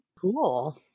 cool